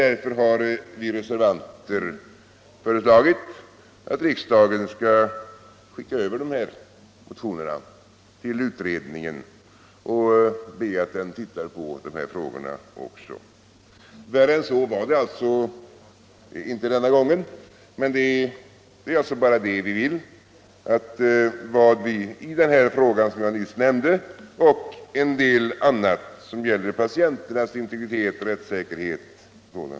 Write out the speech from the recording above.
Därför har vi reservanter föreslagit att riksdagen skall skicka över motionerna till utredningen och be att den tittar också på dessa frågor. Värre än så var det alltså inte denna gång. Vad vi begär är alltså endast att den sittande utredningen skall titta på bl.a. denna fråga och en del andra saker som gäller patienternas integritet och rättssäkerhet.